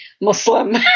Muslim